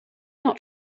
not